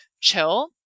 chill